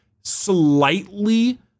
slightly